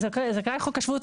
זכאי\ חוק השבות.